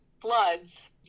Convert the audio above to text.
Floods